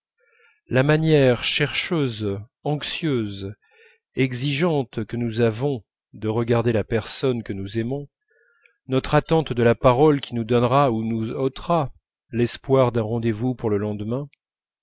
la manière chercheuse anxieuse exigeante que nous avons de regarder la personne que nous aimons notre attente de la parole qui nous donnera ou nous ôtera l'espoir d'un rendez-vous pour le lendemain